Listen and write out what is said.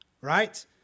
right